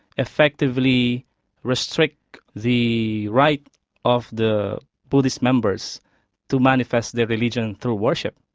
effectively restrict the right of the buddhist members to manifest their religion through worship.